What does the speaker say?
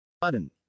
Button